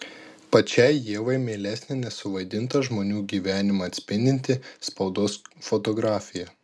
pačiai ievai mielesnė nesuvaidintą žmonių gyvenimą atspindinti spaudos fotografija